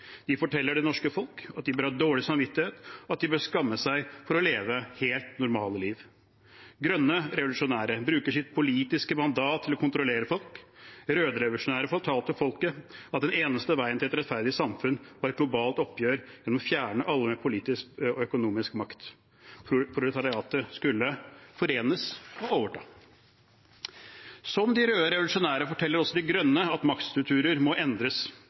De forteller det norske folk at de bør ha dårlig samvittighet, og at de bør skamme seg for å leve helt normale liv. Grønne revolusjonære bruker sitt politiske mandat til å kontrollere folk. Røde revolusjonære fortalte folket at den eneste veien til et rettferdig samfunn var et globalt oppgjør der man fjernet alle med politisk og økonomisk makt. Proletariatet skulle forenes og overta. Som de røde revolusjonære forteller også de grønne at maktstrukturen må endres